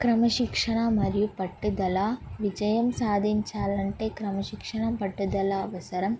క్రమశిక్షణ మరియు పట్టుదల విజయం సాధించాలంటే క్రమశిక్షణ పట్టుదల అవసరం